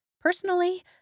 Personally